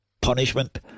punishment